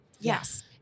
Yes